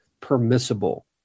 permissible